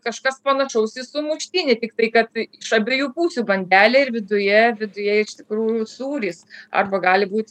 kažkas panašaus į sumuštinį tiktai kad iš abiejų pusių bandelė ir viduje viduje iš tikrųjų sūris arba gali būt